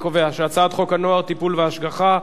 הצעת חוק הנוער (טיפול והשגחה)